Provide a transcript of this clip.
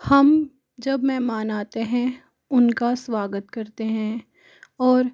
हम जब मेहमान आते हैं उनका स्वागत करते हैं और